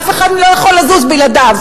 אף אחד לא יכול לזוז בלעדיו?